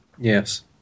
Yes